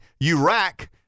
Iraq